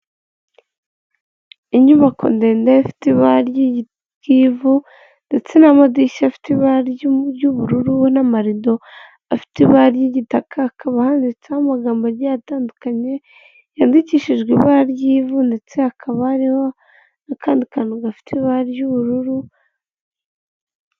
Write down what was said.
Inyubako ndende ifite ibara ry'ivu ndetse n'amadirishya afite ibara ry'ubururu n'amarido afite ibara ry'igitaka hakaba handitseho amagambo agiye atandukanye, yandikishijwe ibara ry'ivu ndetse hakaba hariho akantu gafite ibara ry'ubururu.